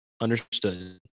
Understood